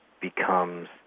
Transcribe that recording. becomes